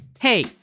Hey